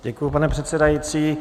Děkuji, pane předsedající.